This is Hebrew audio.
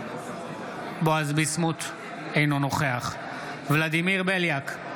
אינו נוכח ולדימיר בליאק,